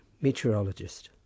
Meteorologist